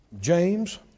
James